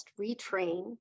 retrain